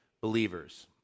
believers